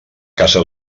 casa